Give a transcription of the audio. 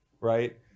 right